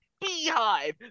Beehive